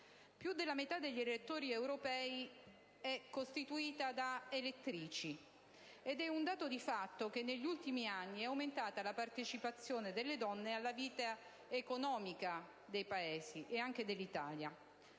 Più della metà degli elettori europei è costituita da elettrici, ed è un dato di fatto che negli ultimi anni è aumentata la partecipazione delle donne alla vita economica dei Paesi e anche dell'Italia.